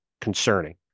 concerning